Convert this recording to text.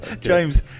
James